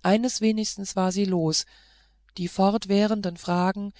eines wenigstens war sie los die fortwährenden fragen